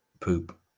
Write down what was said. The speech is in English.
poop